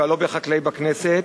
ובשם הלובי החקלאי בכנסת,